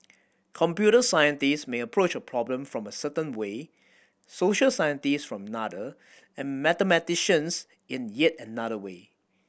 computer scientist may approach problem from a certain way social scientists from another and mathematicians in yet another way